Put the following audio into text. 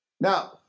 now